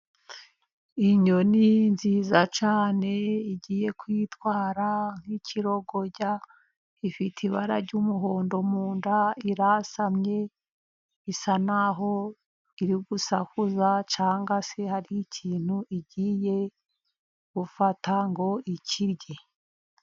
Inyoni nziza cyne igiye kwitwara nk'ikirogorya, ifite ibara ry'umuhondo mu nda, irasamye, isa n'aho iri gusakuza cyanga se hari ikintu igiye gufata, ngo ikirye.